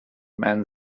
man